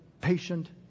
patient